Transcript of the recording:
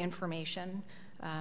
information